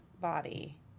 body